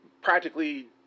practically